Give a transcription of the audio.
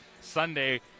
Sunday